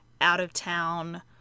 out-of-town